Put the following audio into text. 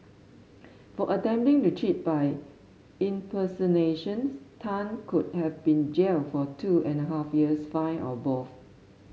for attempting to cheat by impersonations Tan could have been jailed for two and a half years fine or both